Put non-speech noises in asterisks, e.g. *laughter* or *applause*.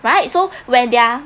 right so *breath* when they're